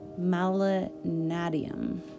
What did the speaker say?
malinadium